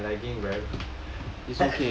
I I'm lagging man